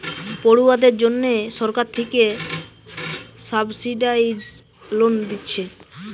পড়ুয়াদের জন্যে সরকার থিকে সাবসিডাইস্ড লোন দিচ্ছে